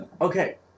Okay